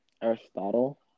Aristotle